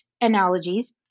analogies